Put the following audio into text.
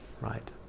right